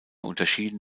unterschieden